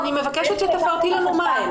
אז אני מבקשת שתפרטי מה הן.